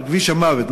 כביש המוות,